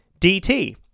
DT